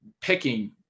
picking